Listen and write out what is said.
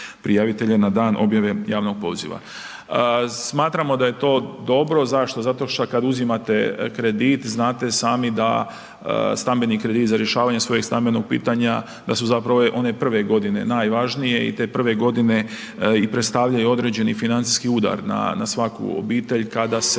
na dan objave javnog poziva. Smatramo da je dobro, zašto, zato što kad uzimate kredit znate i sami da stambeni kredit, za rješavanje svojeg stambenog pitanja da su zapravo one prve godine najvažnije i te prve godine i predstavljaju i određeni financijski udar na svaku obitelj kada se,